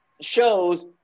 shows